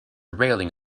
railing